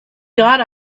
got